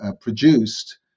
produced